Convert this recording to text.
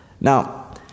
Now